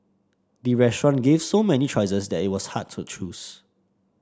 the restaurant gave so many choices that it was hard to choose